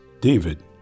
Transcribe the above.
David